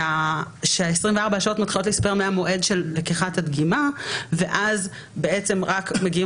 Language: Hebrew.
לא ש-24 השעות מתחילות להיספר מהמועד של לקיחת הדגימה ואז רק מגיעים